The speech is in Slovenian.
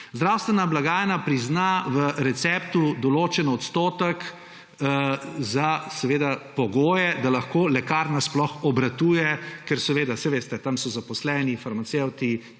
Zdravstvena blagajna prizna v receptu določen odstotek za pogoje, da lahko lekarna sploh obratuje, ker saj veste, tam so zaposleni farmacevti,